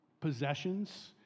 possessions